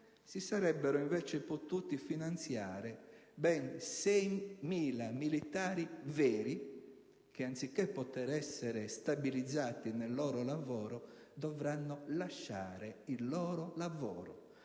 si sarebbero invece potuti finanziare ben 6.000 militari veri, che anziché essere stabilizzati nel loro lavoro, dovranno lasciarlo. Dopo